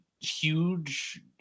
huge